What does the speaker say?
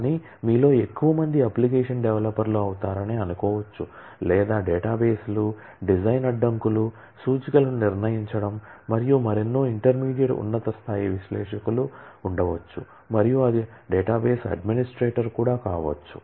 కానీ మీలో ఎక్కువ మంది అప్లికేషన్ డెవలపర్లు అవుతారని అనుకోవచ్చు లేదా డేటాబేస్లు డిజైన్ అడ్డంకులు సూచికలను నిర్ణయించడం మరియు మరెన్నో ఇంటర్మీడియట్ ఉన్నత స్థాయి విశ్లేషకులు ఉండవచ్చు మరియు అది డేటాబేస్ అడ్మినిస్ట్రేటర్ కావచ్చు